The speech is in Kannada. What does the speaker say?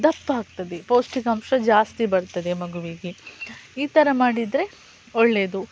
ದಪ್ಪಾಗ್ತದೆ ಪೌಷ್ಟಿಕಾಂಶ ಜಾಸ್ತಿ ಬರ್ತದೆ ಮಗುವಿಗೆ ಈ ಥರ ಮಾಡಿದರೆ ಒಳ್ಳೆಯದು